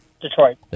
Detroit